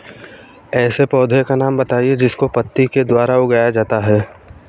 ऐसे पौधे का नाम बताइए जिसको पत्ती के द्वारा उगाया जाता है